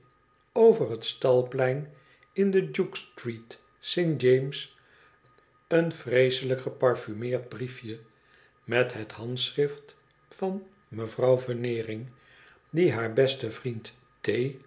over hetstalplein in de duke steet st james een vreeselijk geparfumeerd briefje met het handschrift van mevrouw veneering die haar besten vriend